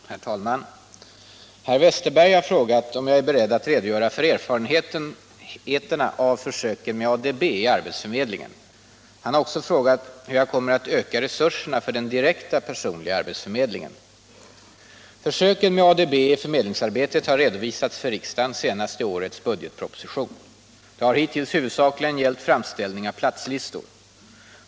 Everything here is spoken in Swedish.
Herr talman! Herr Westerberg har frågat om jag är beredd att redogöra för erfarenheterna av försöken med ADB i arbetsförmedlingen. Han har också frågat hur jag kommer att öka resurserna för den direkta personliga arbetsförmedlingen. Försöken med ADB i förmedlingsarbetet har redovisats för riksdagen senast i årets budgetproposition. Det har hittills huvudsakligen gällt framställning av platslistor.